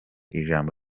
ijambo